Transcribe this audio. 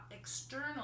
external